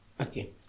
Okay